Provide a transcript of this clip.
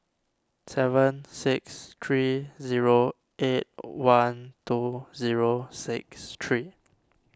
seven six three zero eight one two zero six three